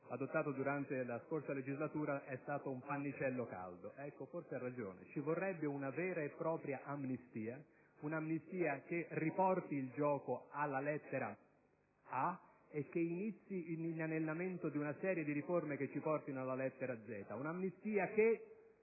adottato durante la scorsa legislatura è stato un pannicello caldo: forse ha ragione. Ci vorrebbe una vera e propria amnistia, che riporti il gioco alla lettera "A" e che dia avvio ad una serie di riforme che ci conducano alla lettera "Z": un'amnistia che